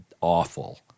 awful